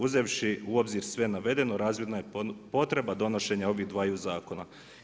Uzevši u obzir sve navedeno, razvidna je potreba donošenja ovih dvaju zakona.